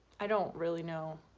i don't really know